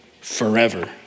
forever